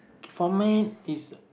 format is a